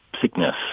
sickness